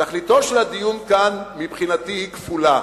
תכליתו של הדיון כאן מבחינתי היא כפולה.